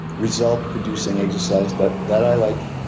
result producing exercise that that i like.